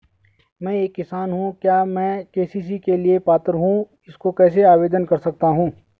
मैं एक किसान हूँ क्या मैं के.सी.सी के लिए पात्र हूँ इसको कैसे आवेदन कर सकता हूँ?